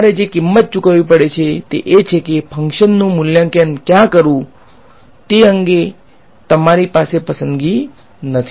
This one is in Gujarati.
તમારે જે કિંમત ચૂકવવી પડશે તે એ છે કે ફંકશનનું મૂલ્યાંકન ક્યાં કરવું તે અંગે તમારી પાસે પસંદગી નથી